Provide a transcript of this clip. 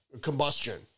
combustion